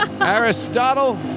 Aristotle